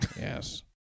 Yes